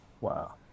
Wow